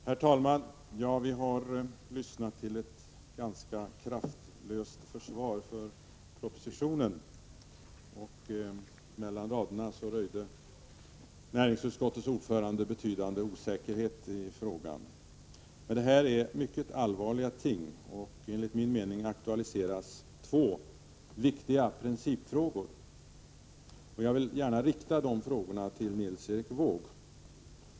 Herr talman! Vi har lyssnat till ett ganska kraftlöst försvar för propositionen. Mellan raderna röjde näringsutskottets ordförande betydande osäkerhet i frågan. Men detta är mycket allvarliga ting. Enligt min mening aktualiseras två viktiga principfrågor. Jag vill gärna rikta dessa frågor till Nils Erik Wååg.